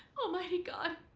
almighty god,